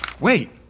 Wait